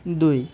দুই